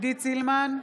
עידית סילמן,